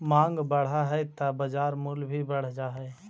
माँग बढ़ऽ हइ त बाजार मूल्य भी बढ़ जा हइ